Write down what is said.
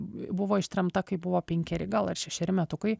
buvo ištremta kai buvo penkeri gal ar šešeri metukai